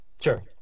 Sure